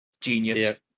Genius